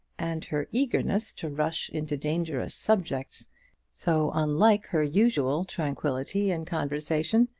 and her eagerness to rush into dangerous subjects so unlike her usual tranquillity in conversation,